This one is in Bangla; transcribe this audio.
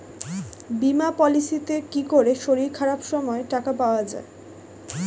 বীমা পলিসিতে কি করে শরীর খারাপ সময় টাকা পাওয়া যায়?